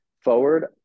forward